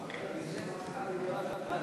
איסור הפליה